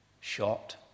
shot